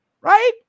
Right